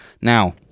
Now